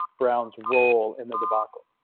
brown's role in the debacle